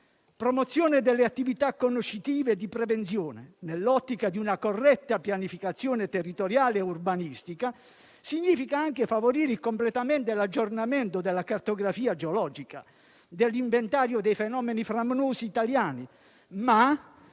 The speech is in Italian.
Promozione delle attività conoscitive di prevenzione, nell'ottica di una corretta pianificazione territoriale e urbanistica, significa anche favorire il completamento e l'aggiornamento della cartografia geologica, dell'inventario dei fenomeni franosi italiani, ma